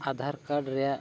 ᱟᱸᱫᱷᱟᱨ card ᱨᱮᱭᱟᱜ